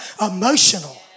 emotional